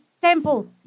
temple